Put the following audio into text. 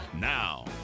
Now